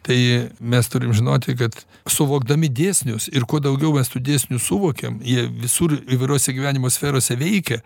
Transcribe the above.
tai mes turim žinoti kad suvokdami dėsnius ir kuo daugiau mes tų dėsnių suvokiam jie visur įvairiose gyvenimo sferose veikia